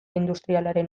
industrialaren